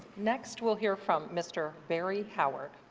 next we'll hear from mr. barrie howard.